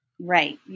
Right